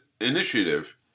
initiative